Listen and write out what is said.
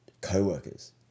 co-workers